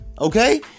Okay